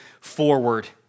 forward